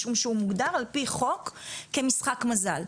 זה משום שהוא מוגדר על-פי חוק כמשחק מזל.